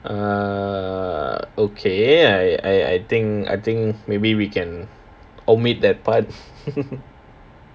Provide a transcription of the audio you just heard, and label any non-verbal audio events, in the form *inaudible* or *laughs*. uh okay i~ I think I think maybe we can omit that part *laughs*